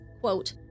quote